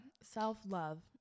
self-love